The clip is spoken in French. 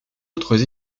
autres